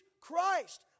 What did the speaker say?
Christ